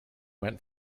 went